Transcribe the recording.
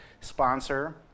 sponsor